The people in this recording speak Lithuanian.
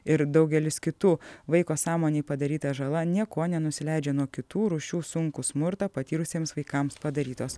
ir daugelis kitų vaiko sąmonei padaryta žala niekuo nenusileidžia nuo kitų rūšių sunkų smurtą patyrusiems vaikams padarytos